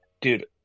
dude